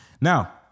Now